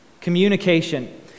communication